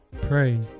pray